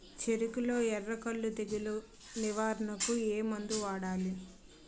చెఱకులో ఎర్రకుళ్ళు తెగులు నివారణకు ఏ మందు వాడాలి?